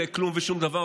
לכלום ושום דבר,